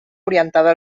orientada